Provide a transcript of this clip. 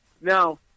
Now